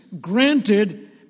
granted